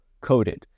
coated